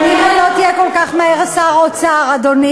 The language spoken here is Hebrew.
כנראה לא תהיה כל כך מהר שר האוצר, אדוני.